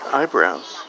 eyebrows